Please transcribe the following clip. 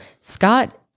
Scott